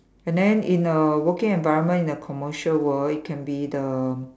and then in the working environment in the commercial world it can be the